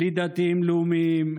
בלי דתיים-לאומיים,